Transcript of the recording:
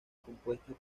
compuestas